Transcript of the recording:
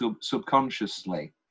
subconsciously